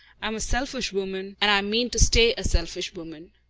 i'm a selfish woman, and i mean to stay a selfish woman.